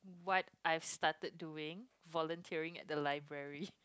what I've started doing volunteering at the library